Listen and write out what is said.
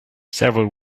several